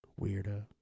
weirdo